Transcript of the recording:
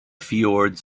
fjords